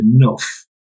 enough